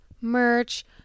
merch